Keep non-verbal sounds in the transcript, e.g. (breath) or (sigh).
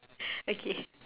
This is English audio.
(breath) okay